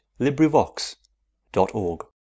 LibriVox.org